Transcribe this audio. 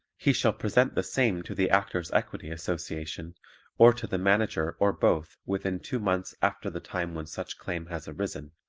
he shall present the same to the actors' equity association or to the manager or both within two months after the time when such claim has arisen,